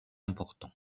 important